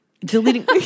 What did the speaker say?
Deleting